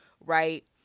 right